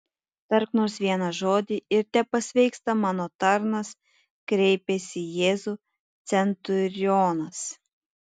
tark nors vieną žodį ir tepasveiksta mano tarnas kreipiasi į jėzų centurionas